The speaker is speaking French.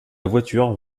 voiture